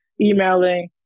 emailing